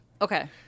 Okay